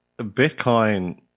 Bitcoin